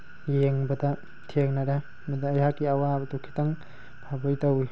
ꯌꯦꯡꯕꯗ ꯊꯦꯡꯅꯔꯦ ꯃꯗꯨꯗ ꯑꯩꯍꯥꯛꯀꯤ ꯑꯋꯥꯕꯗꯨ ꯈꯤꯇꯪ ꯐꯕꯣꯏ ꯇꯧꯋꯤ